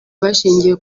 bashingiye